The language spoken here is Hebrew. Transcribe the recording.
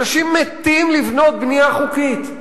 אנשים מתים לבנות בנייה חוקית.